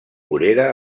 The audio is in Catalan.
morera